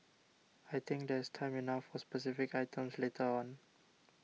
I think there's time enough for specific items later on